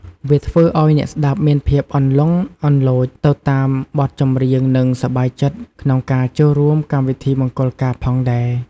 វាធ្វើឱ្យអ្នកស្តាប់មានភាពអន្លន់អន្លូចទៅតាមបទចម្រៀងនិងសប្បាយចិត្តក្នុងការចូលរួមកម្មពិធីមង្គលការផងដែរ។